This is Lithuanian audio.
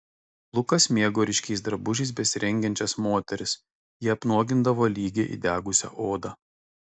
lukas mėgo ryškiais drabužiais besirengiančias moteris jie apnuogindavo lygią įdegusią odą